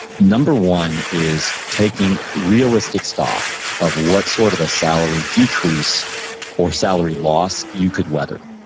number one is taking realistic stock of what sort of a salary decrease or salary loss you could weather,